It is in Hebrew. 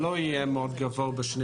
אז תשואות מאגרות חוב לא יהיו גבוהות בשנים